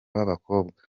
b’abakobwa